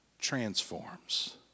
transforms